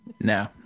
No